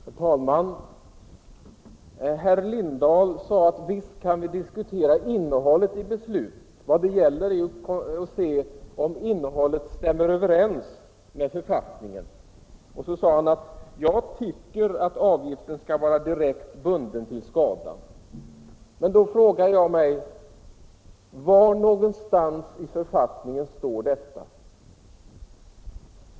Herr talman! Herr Lindahl i Hamburgsund sade att visst kan vi diskutera innehållet i beslut. Vad det gäller är ju att se om innehållet stämmer överens med författningen. Så sade han att han tycker att avgiften skall vara direkt bunden till skadan. Men då frågar jag mig: Var i författningen står detta?